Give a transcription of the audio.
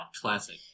Classic